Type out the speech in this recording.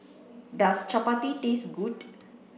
does Chappati taste good